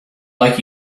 like